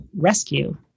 rescue